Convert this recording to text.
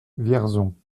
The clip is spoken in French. vierzon